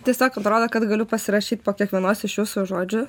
tiesiog atrodo kad galiu pasirašyt po kiekvienos iš jūsų žodžių